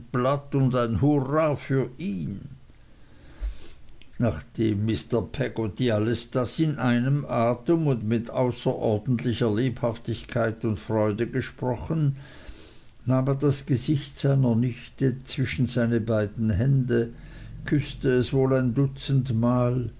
und ein hurra für ihn nachdem mr peggotty alles das in einem atem und mit außerordentlicher lebhaftigkeit und freude gesprochen nahm er das gesicht seiner nichte zwischen seine beiden hände küßte es wohl ein dutzendmal